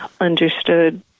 understood